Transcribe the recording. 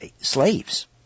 slaves